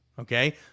Okay